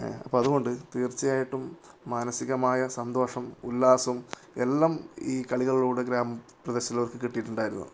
അപ്പോള് അതുകൊണ്ട് തീർച്ചയായിട്ടും മാനസികമായ സന്തോഷം ഉല്ലാസം എല്ലാം ഈ കളികളോട് ഗ്രാമം പ്രദേശത്തുള്ളവർക്കു കിട്ടിയിട്ടുണ്ടായിരുന്നു